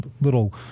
little